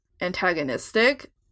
antagonistic